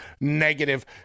negative